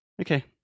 Okay